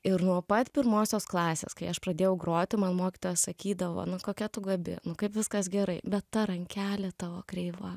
ir nuo pat pirmosios klasės kai aš pradėjau groti man mokytoja sakydavo kokia tu gabi kaip viskas gerai bet ta rankelė tavo kreiva